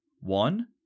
One